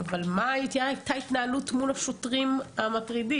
אבל מה הייתה ההתנהלות מול השוטרים המטרידים?